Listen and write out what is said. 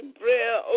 prayer